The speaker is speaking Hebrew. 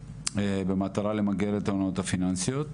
במטרה למגר את ההונאות הפיננסיות,